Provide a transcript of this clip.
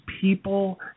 people